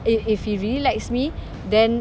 if if he really likes me then